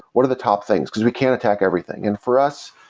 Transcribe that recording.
what are the top things? because we can't attack everything. and for us,